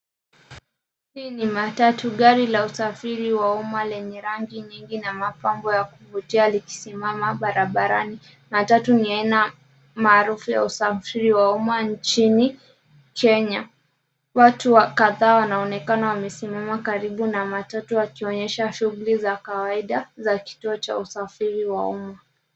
Hii ni matatu gari la usafiri wa uma lenye rangi nyingi na mapambo ya kuvutia likisimama barabarani. Matatu ni aina maarufu ya usafiri wa uma nchini Kenya. Watu kadhaa wanaonekana wamesimama karibu na matatu yakionyesha shughuli za kawaida za kituo cha usafiri wa umma.